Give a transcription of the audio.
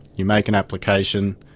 you make an application,